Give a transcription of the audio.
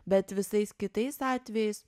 bet visais kitais atvejais